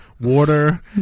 Water